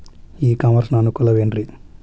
E commerce ನ ಅನುಕೂಲವೇನ್ರೇ?